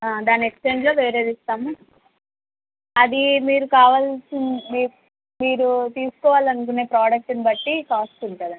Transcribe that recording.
దాని ఎక్స్చేంజ్ వేరేది ఇస్తాము అది మీరు కావాల్సింది మీరు తీసుకోవాలి అనుకునే ప్రోడక్ట్ని బట్టి కాస్ట్ ఉంటుంది అండి